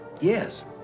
Yes